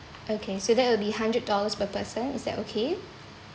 okay so that will be a hundred dollars per person is that okay